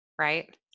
right